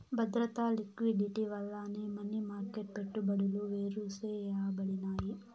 బద్రత, లిక్విడిటీ వల్లనే money market పెట్టుబడులు వేరుసేయబడినాయి